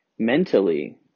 Mentally